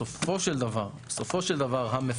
בסופו של דבר, המפקח